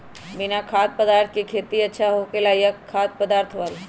बिना खाद्य पदार्थ के खेती अच्छा होखेला या खाद्य पदार्थ वाला?